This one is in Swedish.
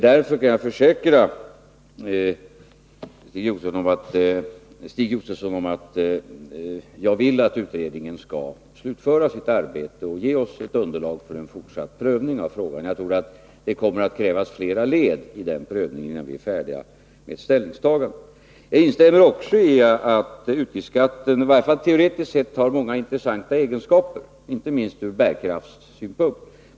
Därför kan jag försäkra Stig Josefson om att jag vill att utredningen skall slutföra sitt arbete och ge oss ett underlag för en fortsatt prövning av frågan. Jag tror nämligen att det kommer att krävas flera led i den prövningen innan vi är färdiga med ett ställningstagande. Jag instämmer i att utgiftsskatten i varje fall teoretiskt sett har många intressanta egenskaper, inte minst ur bärkraftssynpunkt.